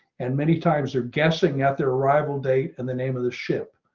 and many times they're guessing at their arrival date and the name of the ship.